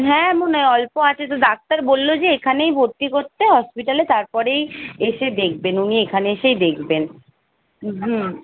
হ্যাঁ মনে হয় অল্প আছে তো ডাক্তার বলল যে এখানেই ভর্তি করতে হসপিটালে তার পরেই এসে দেখবেন উনি এখানে এসেই দেখবেন হুম